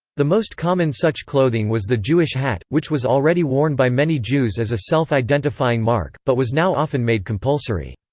the most common such clothing was the jewish hat, which was already worn by many jews as a self-identifying mark, but was now often made compulsory.